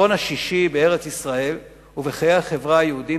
העיקרון השישי: בארץ-ישראל ובחיי החברה היהודיים